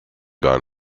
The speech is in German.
gar